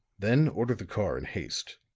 then order the car in haste.